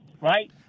right